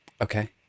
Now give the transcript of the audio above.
Okay